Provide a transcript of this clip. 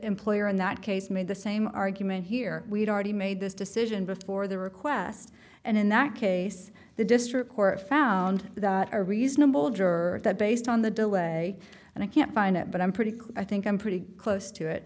employer in that case made the same argument here we've already made this decision before the request and in that case the district court found a reasonable juror that based on the delay and i can't find it but i'm pretty clear i think i'm pretty close to it